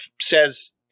says